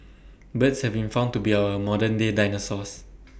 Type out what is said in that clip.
birds have been found to be our modern day dinosaurs